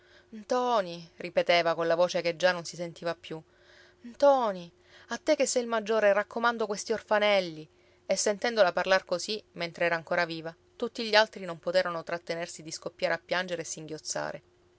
tesoro ntoni ripeteva colla voce che già non si sentiva più ntoni a te che sei il maggiore raccomando questi orfanelli e sentendola parlar così mentre era ancor viva tutti gli altri non poterono trattenersi di scoppiare a piangere e singhiozzare